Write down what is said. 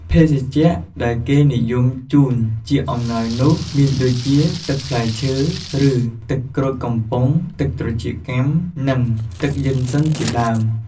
ភេសជ្ជៈដែលគេនិយមជូនជាអំណោយនោះ មានដូចជា ទឹកផ្លែឈើ ឬ ទឹកក្រូចកំប៉ុង ទឹកត្រចៀកកាំ និង ទឹកយុិនសិនជាដើម។